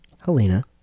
Helena